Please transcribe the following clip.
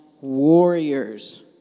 warriors